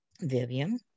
Vivian